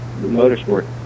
motorsport